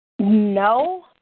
No